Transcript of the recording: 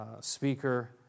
speaker